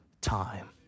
time